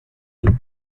deux